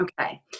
Okay